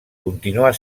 continuar